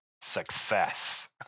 success